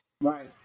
Right